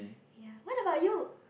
ya what about you